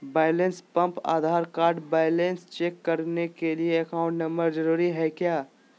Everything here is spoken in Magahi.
Balance pump Aadhaar card balance check करने के लिए अकाउंट नंबर जरूरी है क्या?